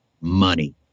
Money